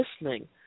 listening